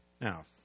Now